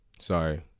sorry